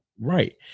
Right